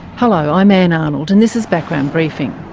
hello, i'm ann arnold, and this is background briefing.